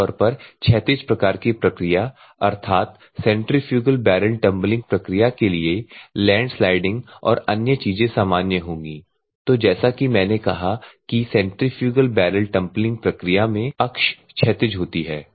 आम तौर पर क्षैतिज प्रकार की प्रक्रिया अर्थात सेंट्रीफ्यूगल बैरल टंबलिंग प्रक्रिया के लिए लैंड स्लाइडिंग और अन्य चीजें सामान्य होंगी तो जैसा कि मैंने कहा कि सेंट्रीफ्यूगल बैरल टंबलिंग प्रक्रिया में अक्ष क्षैतिज होती है